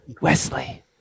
Wesley